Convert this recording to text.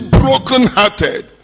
brokenhearted